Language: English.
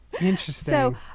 Interesting